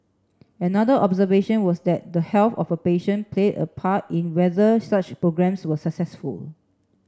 another observation was that the health of a patient played a part in whether such programmes were successful